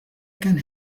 can